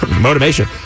motivation